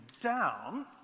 down